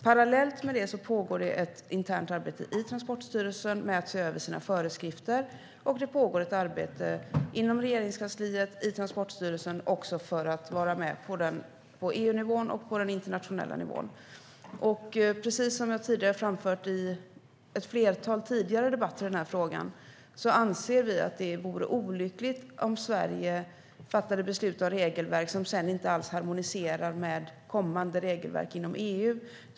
Parallellt med det pågår ett internt arbete i Transportstyrelsen med att se över föreskrifter och också ett arbete inom Regeringskansliet och i Transportstyrelsen för att vara med på EU-nivån och på den internationella nivån. Som jag framfört i ett flertal tidigare debatter i den här frågan anser vi att det vore olyckligt om Sverige fattade beslut om regelverk som sedan inte alls harmoniserar med kommande regelverk inom EU.